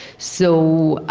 so,